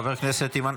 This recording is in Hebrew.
הודעה אישית.